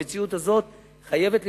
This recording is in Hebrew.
המציאות הזאת חייבת להיפסק.